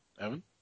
Evan